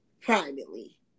Privately